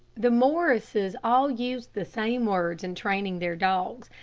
the morrises all used the same words in training their dogs,